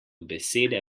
besede